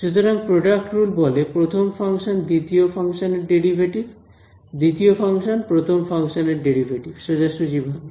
সুতরাং product rule বলে প্রথম ফাংশন দ্বিতীয় ফাংশানের ডেরিভেটিভ দ্বিতীয় ফাংশন প্রথম ফাংশনের ডেরিভেটিভ সোজাসুজিভাবে